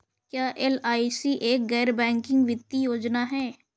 क्या एल.आई.सी एक गैर बैंकिंग वित्तीय योजना है?